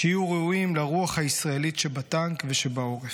שיהיו ראויים לרוח הישראלית שבטנק ושבעורף.